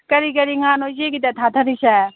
ꯀꯔꯤ ꯀꯔꯤ ꯉꯥꯅꯣ ꯏꯆꯦꯒꯤꯗ ꯊꯥꯗꯔꯤꯁꯦ